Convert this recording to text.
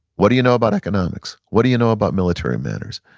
what do you know about economics? what do you know about military manners?